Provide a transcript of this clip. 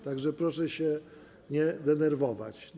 Tak że proszę się nie denerwować.